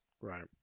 Right